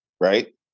Right